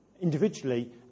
individually